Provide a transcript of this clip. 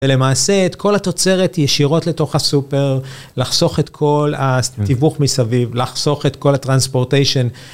ולמעשה, את כל התוצרת ישירות לתוך הסופר, לחסוך את כל התיווך מסביב, לחסוך את כל הטרנספורטיישן.